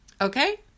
Okay